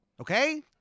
okay